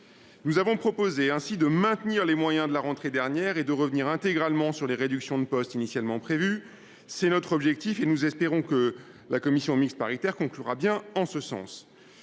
avons nous proposé de maintenir les moyens de la rentrée dernière et de revenir intégralement sur les réductions de postes initialement prévues. Tel est notre objectif, et nous espérons que les conclusions de la commission mixte paritaire iront bien en ce sens.